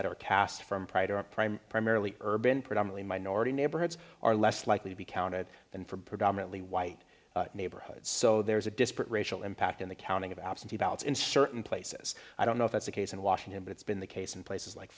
prime primarily urban predominately minority neighborhoods are less likely to be counted than for predominantly white neighborhoods so there's a disparate racial impact in the counting of absentee ballots in certain places i don't know if that's the case in washington but it's been the case in places like